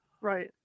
Right